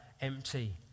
empty